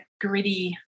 gritty